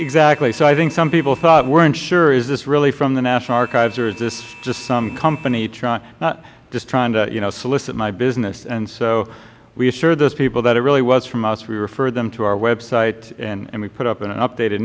exactly so i think some people thought weren't sure is this really from the national archives or is this just some company just trying to you know solicit my business and so we assured those people that it really was from us we referred them to our web site and we put up an updated